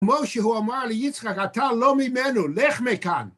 כמו שהוא אמר ליצחק, אתה לא ממנו, לך מכאן.